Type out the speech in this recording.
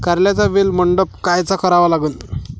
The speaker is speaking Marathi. कारल्याचा वेल मंडप कायचा करावा लागन?